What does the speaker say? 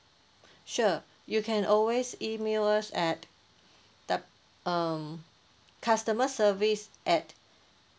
sure you can always email us at W um customer service at